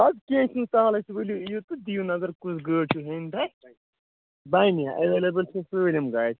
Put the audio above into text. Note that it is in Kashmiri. اَدٕ کیٚنٛہہ چھُنہٕ سہلٕے چھُ ؤلِو یِیو تہٕ دِیِو نظر کۄس گٲڑۍ چھَو ہیٚنۍ تۄہہِ بَنہِ ایٚویلیبُل چھِ سٲلِم گاڑِ